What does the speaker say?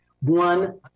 One